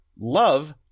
love